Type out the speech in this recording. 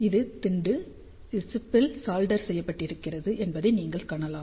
இது திண்டு சிப் இல் சால்டெர் செய்யப்பட்டிருக்கிறது என்பதை நீங்கள் காணலாம்